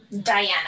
diana